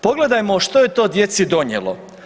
Pogledajmo što je to djeci donijelo?